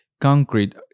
concrete